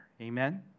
Amen